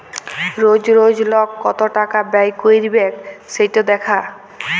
রজ রজ লক কত টাকা ব্যয় ক্যইরবেক সেট দ্যাখা